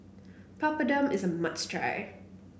papadum is a must try